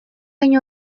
hain